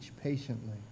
patiently